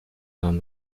نام